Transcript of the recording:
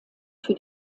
für